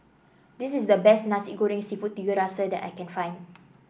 this is the best Nasi Goreng seafood Tiga Rasa that I can find